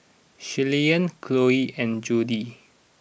Shirleyann Chloe and Jody